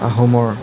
আহোমৰ